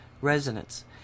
resonance